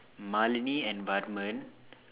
Malene and Varman